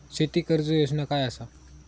शेती कर्ज योजना काय असा?